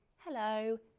hello.